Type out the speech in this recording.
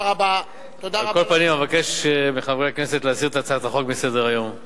על כל פנים אבקש מחברי הכנסת להסיר את הצעת החוק מסדר-היום,